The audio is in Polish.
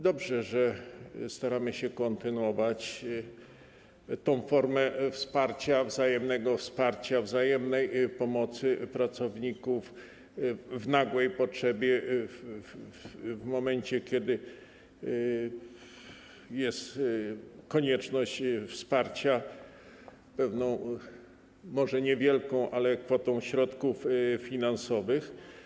Dobrze, że staramy się kontynuować tę formę wsparcia, wzajemnego wsparcia, wzajemnej pomocy pracowników w nagłej potrzebie w momencie, kiedy jest konieczność wsparcia pewną może niewielką kwotą środków finansowych.